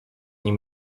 nim